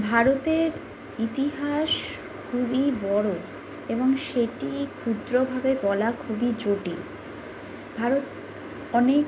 ভারতের ইতিহাস খুবই বড় এবং সেটি ক্ষুদ্রভাবে বলা খুবই জটিল ভারত অনেক